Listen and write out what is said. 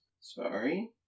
Sorry